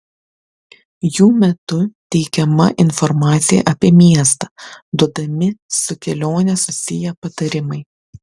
jų metu teikiama informacija apie miestą duodami su kelione susiję patarimai